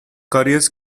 couriers